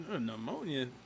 Pneumonia